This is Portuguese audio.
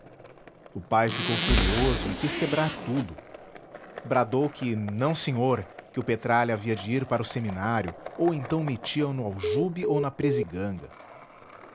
o pai ficou furioso e quis quebrar tudo bradou que não senhor que o peralta havia de ir para o seminário ou então metia o no aljube ou na